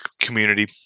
community